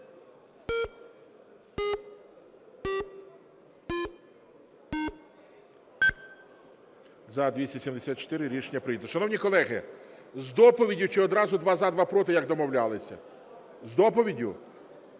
За-274 Рішення прийнято. Шановні колеги, з доповіддю чи одразу два – за, два – проти, як домовлялися? З доповіддю?